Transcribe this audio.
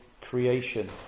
creation